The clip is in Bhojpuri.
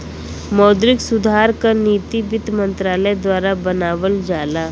मौद्रिक सुधार क नीति वित्त मंत्रालय द्वारा बनावल जाला